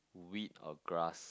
wheat or grass